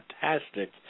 fantastic